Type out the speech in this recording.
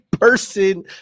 person